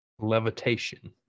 Levitation